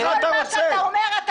כל מה שאתה אומר.